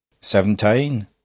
Seventeen